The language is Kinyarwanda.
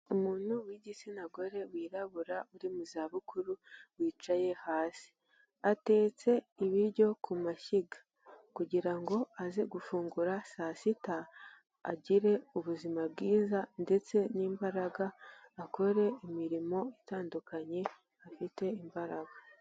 Umuntu w'igitsina gore wirabura uri mu za bukuru wicaye hasi. Atetse ibiryo ku mashyiga kugira ngo aze gufungura saa sita agire ubuzima bwiza ndetse n'imbaraga akore imirimo itandukanye afite imbaraga.